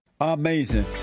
Amazing